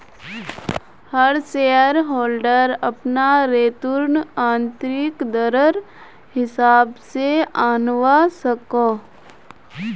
हर shareholder अपना return आंतरिक दरर हिसाब से आंनवा सकोह